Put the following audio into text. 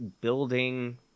building